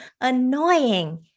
annoying